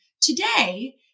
today